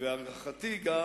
ולהערכתי גם